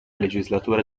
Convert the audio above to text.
legislatura